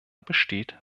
besteht